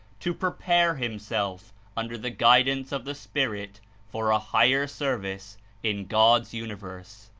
to prepare himself under the guidance of the spirit for a higher service in god's universe.